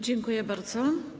Dziękuję bardzo.